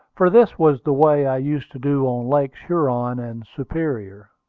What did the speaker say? for this was the way i used to do on lakes huron and superior.